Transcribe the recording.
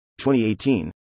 2018